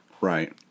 Right